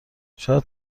شاید